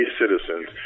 citizens